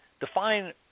Define